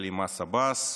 שקלים מס עבאס,